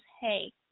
hey